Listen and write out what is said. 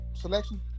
Selection